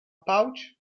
pouch